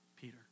Peter